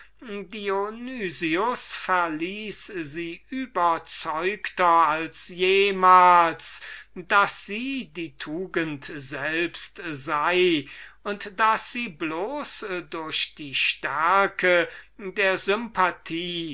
überzeugter als jemals von ihr daß sie die tugend selbst und allein durch die stärke der sympathie